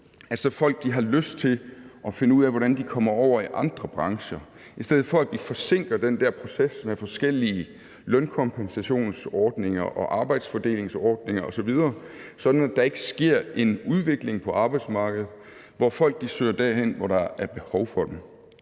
at folk så har lyst til at finde ud af, hvordan de kommer over i andre brancher, i stedet for at vi forsinker den der proces med forskellige lønkompensationsordninger og arbejdsfordelingsordninger osv., sådan at der ikke sker en udvikling på arbejdsmarkedet, hvor folk søger derhen, hvor der er behov for dem.